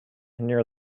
near